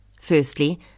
Firstly